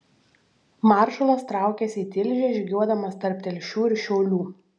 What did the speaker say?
maršalas traukėsi į tilžę žygiuodamas tarp telšių ir šiaulių